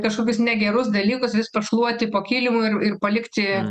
kažkokius negerus dalykus vis pašluoti po kilimu ir ir palikti